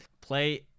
Play